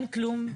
אין כלום.